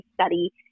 study